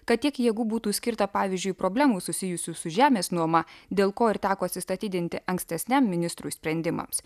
kad tiek jėgų būtų skirta pavyzdžiui problemų susijusių su žemės nuoma dėl ko ir teko atsistatydinti ankstesniam ministrui sprendimams